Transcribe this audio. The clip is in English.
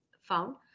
found